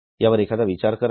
यावर एकदा विचार करा